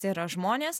tai yra žmonės